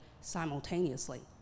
simultaneously